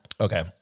Okay